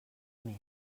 més